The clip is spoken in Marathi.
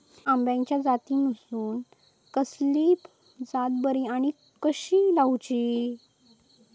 हया आम्याच्या जातीनिसून कसली जात बरी आनी कशी लाऊची?